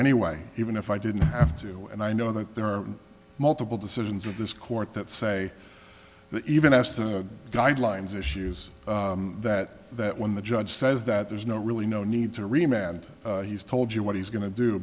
anyway even if i didn't have to and i know that there are multiple decisions of this court that say that even as the guidelines issues that that when the judge says that there's no really no need to re mad he's told you what he's going to do